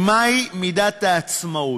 הם מהי מידת העצמאות.